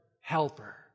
helper